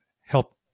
help